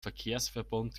verkehrsverbund